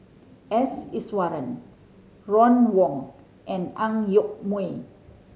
S Iswaran Ron Wong and Ang Yoke Mooi